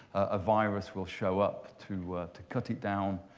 a virus will show up to to cut it down,